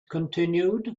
continued